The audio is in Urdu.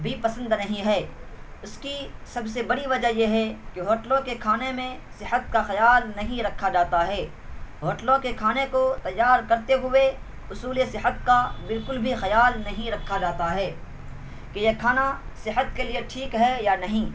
بھی پسند نہیں ہے اس کی سب سے بڑی وجہ یہ ہے کہ ہوٹلوں کے کھانے میں صحت کا خیال نہیں رکھا جاتا ہے ہوٹلوں کے کھانے کو تیار کرتے ہوئے اصول صحت کا بالکل بھی خیال نہیں رکھا جاتا ہے کہ یہ کھانا صحت کے لیے ٹھیک ہے یا نہیں